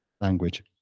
language